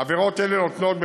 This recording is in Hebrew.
עבירות אלו נותנות,